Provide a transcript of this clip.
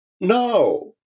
No